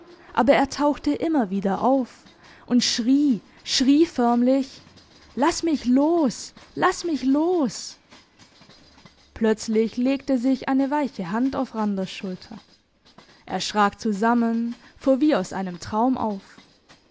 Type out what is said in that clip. aber er tauchte immer wieder auf und schrie schrie förmlich lass mich los lass mich los plötzlich legte sich eine weiche hand auf randers schulter er schrak zusammen fuhr wie aus einem traum auf